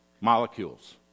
molecules